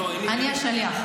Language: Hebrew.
אני השליח.